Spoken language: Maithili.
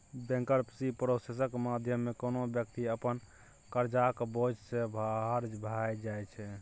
बैंकरप्सी प्रोसेसक माध्यमे कोनो बेकती अपन करजाक बोझ सँ बाहर भए जाइ छै